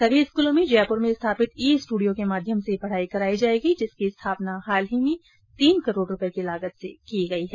सभी स्कूलो में जयपुर में स्थापित ई स्टूडियो के माध्यम से पढ़ाई कराई जाएगी जिसकी स्थापना हाल ही में तीन करोड़ रुपए की लागत से की गई है